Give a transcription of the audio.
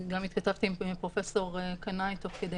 התכתבתי עם פרופ' קנאי תוך כדי